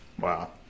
Wow